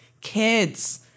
kids